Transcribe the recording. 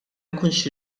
jkunx